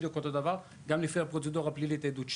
גם לפי פקודת הפרוצדורה הפלילית (עדות),